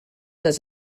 does